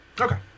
Okay